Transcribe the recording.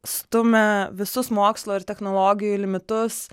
stumia visus mokslo ir technologijų limitus